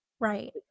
right